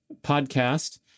podcast